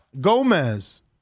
Gomez